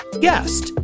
guest